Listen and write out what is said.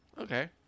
Okay